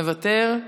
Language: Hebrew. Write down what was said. מוותר,